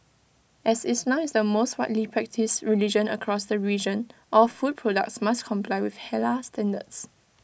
as islam is the most widely practised religion across the region all food products must comply with Halal standards